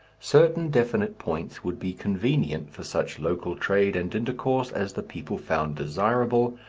certain definite points would be convenient for such local trade and intercourse as the people found desirable,